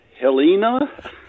Helena